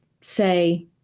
say